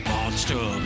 Monster